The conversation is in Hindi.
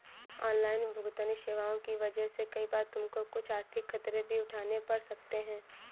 ऑनलाइन भुगतन्न सेवाओं की वजह से कई बार तुमको कुछ आर्थिक खतरे भी उठाने पड़ सकते हैं